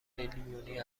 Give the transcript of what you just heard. تریلیونی